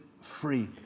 free